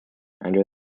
under